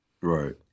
right